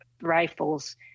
rifles